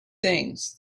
things